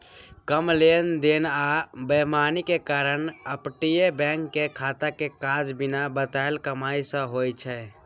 कम लेन देन आ बेईमानी के कारण अपतटीय बैंक के खाता के काज बिना बताएल कमाई सँ होइ छै